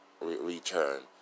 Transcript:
Return